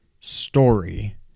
story